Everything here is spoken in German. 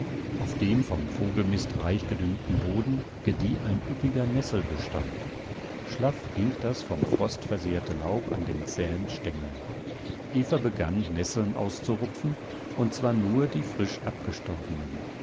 auf dem vom vogelmist reich gedüngten boden gedieh ein üppiger nesselbestand schlaff hing das vom frost versehrte laub an den zähen stengeln eva begann nesseln auszurupfen